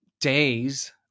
days